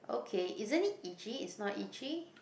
okay isn't it itchy it's not itchy